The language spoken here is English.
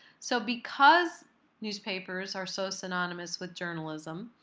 so because newspapers are so synonymous with journalism,